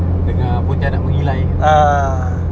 dengar pontianak mengilai